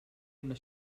una